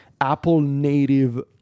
Apple-native